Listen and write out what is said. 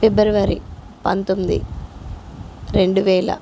ఫిబ్రవరి పంతొమ్మిది రెండు వేల